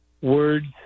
words